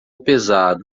pesado